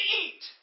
eat